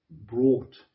brought